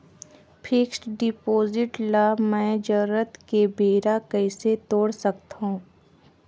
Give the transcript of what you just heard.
Fixed deposit ल मैं जरूरत के बेरा कइसे तोड़ सकथव?